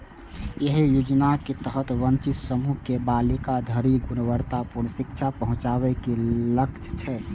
एहि योजनाक तहत वंचित समूह के बालिका धरि गुणवत्तापूर्ण शिक्षा पहुंचाबे के लक्ष्य छै